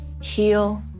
heal